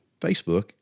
Facebook